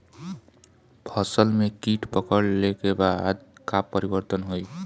फसल में कीट पकड़ ले के बाद का परिवर्तन होई?